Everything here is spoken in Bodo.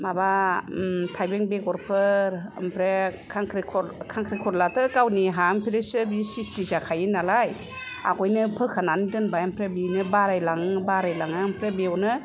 माबा ओम थाइबें बेगरफोर ओमफ्राय खांख्रिखलायाथ' गावनि हायावनिख्रुइसो बियो स्रिस्ति जाखायो नालाय आगयनो फोखानानै दोनबाय आमफ्राय बिनो बारायलाङो बारायलाङो ओमफ्राय बियावनो